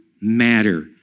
matter